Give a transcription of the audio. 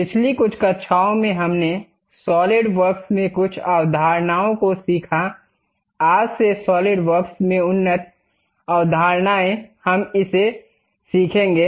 पिछली कुछ कक्षाओं में हमने सॉलिडवर्क्स में कुछ अवधारणाओं को सीखा आज से सॉलिडवर्क्स में उन्नत अवधारणाएं हम इसे सीखेंगे